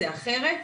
זה אחרת,